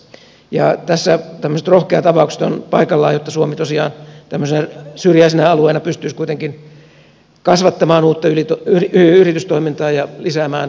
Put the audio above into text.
tässä tämmöiset rohkeat avaukset ovat paikallaan jotta suomi tosiaan tämmöisenä syrjäisenä alueena pystyisi kuitenkin kasvattamaan uutta yritystoimintaa ja lisäämään teollisia työpaikkoja